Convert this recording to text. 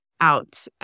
out